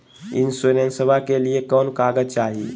इंसोरेंसबा के लिए कौन कागज चाही?